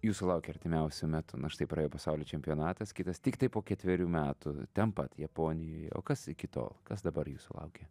jūsų laukia artimiausiu metu na štai praėjo pasaulio čempionatas kitas tiktai po ketverių metų ten pat japonijoj o kas iki to kas dabar jūsų laukia